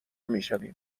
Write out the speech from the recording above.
میشویم